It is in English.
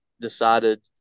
decided